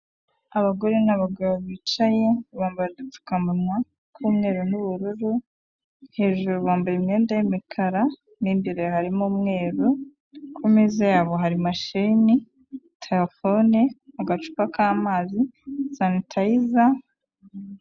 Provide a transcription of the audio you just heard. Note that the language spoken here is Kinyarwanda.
Abagore n'abagabo bicaye, bambaye udupfukamunwa tw'umweru n'ubururu, hejuru bambaye imyenda y'imikara, mo imbere harimo umweru, ku meza yabo hari mashini, terefone, agacupa k'amazi, sanitayiza...